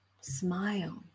Smile